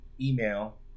email